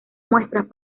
muestras